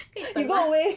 可以等吗